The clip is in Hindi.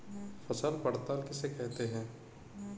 फसल पड़ताल किसे कहते हैं?